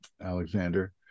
alexander